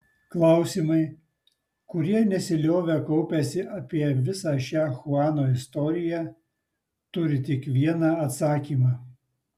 klausimai kurie nesiliovė kaupęsi apie visą šią chuano istoriją turi tik vieną atsakymą